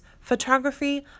photography